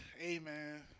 Amen